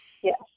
Yes